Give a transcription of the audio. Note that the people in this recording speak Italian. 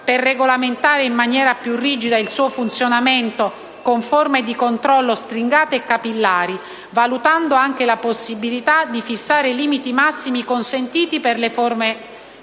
per regolamentare in maniera più rigida il suo funzionamento con forme di controllo stringate e capillari, valutando anche la possibilità di fissare limiti massimi consentiti per le somme da